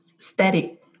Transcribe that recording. static